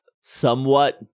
somewhat